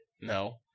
No